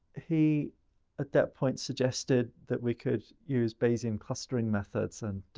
he at that point suggested that we could use bayesian clustering methods. and